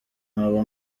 mwaba